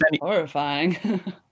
horrifying